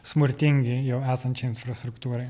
smurtingi jau esančiai infrastruktūrai